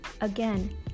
again